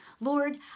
Lord